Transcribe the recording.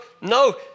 no